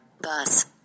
bus